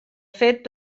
fet